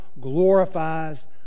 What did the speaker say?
glorifies